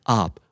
up